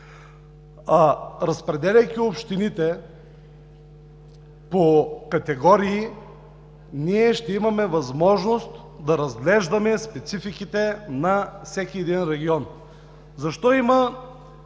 Разпределяйки общините по категории, ще имаме възможност да разглеждаме спецификите на всеки район. Защо сме